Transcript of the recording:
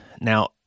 now